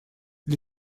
для